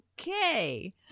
Okay